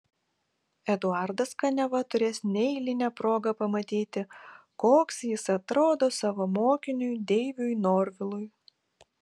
eduardas kaniava turės neeilinę progą pamatyti koks jis atrodo savo mokiniui deiviui norvilui